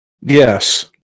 Yes